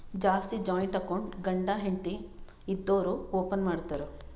ಜಾಸ್ತಿ joint account ಗಂಡ ಹೆಂಡತಿ ಇದ್ದೋರು ಓಪನ್ ಮಾಡ್ತಾರ್